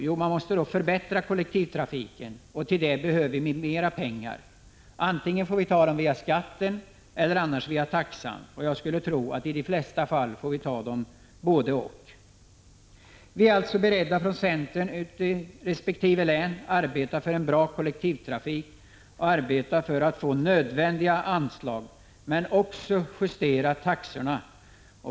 Jo, vi måste förbättra kollektivtrafiken. Till det behöver vi mera pengar. Antingen får vi ta dem via skatten eller också via taxan. Jag skulle tro att vi i de flesta fall får ta pengar båda vägarna. Vi är alltså beredda från centern att ute i resp. län arbeta för en bra kollektivtrafik och för att den får nödvändiga anslag, men också för att justera taxorna.